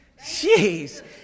Jeez